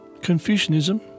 Confucianism